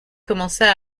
commença